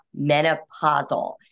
menopausal